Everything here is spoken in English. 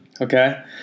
okay